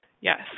yes